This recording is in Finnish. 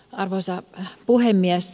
arvoisa puhemies